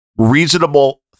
reasonable